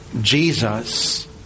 Jesus